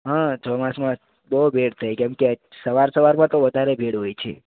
હા ચોમાસામાં બહુ ભીડ થાય કેમ કે સવાર સવારમાં તો વધારે ભીડ હોય છે